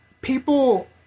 people